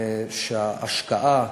ההשקעה,